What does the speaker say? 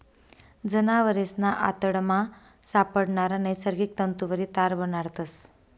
जनावरेसना आतडामा सापडणारा नैसर्गिक तंतुवरी तार बनाडतस